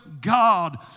God